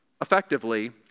effectively